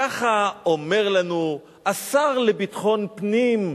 ככה אומר לנו השר לביטחון פנים,